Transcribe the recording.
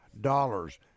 dollars